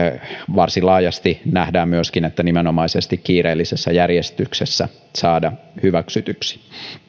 varsin laajasti nähdään myöskin että nimenomaisesti kiireellisessä järjestyksessä saada hyväksytyksi